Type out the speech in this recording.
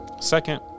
Second